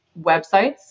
websites